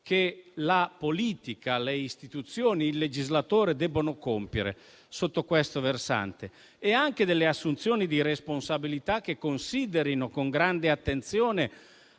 che la politica, le istituzioni e il legislatore debbono compiere sotto questo versante. Devono essere fatte anche delle assunzioni di responsabilità che considerino con grande attenzione